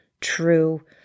true